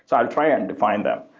so i'll try and and define them.